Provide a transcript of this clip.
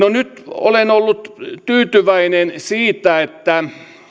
olen ollut tyytyväinen siitä että